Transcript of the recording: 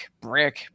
brick